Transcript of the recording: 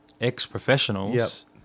ex-professionals